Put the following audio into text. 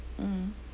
mm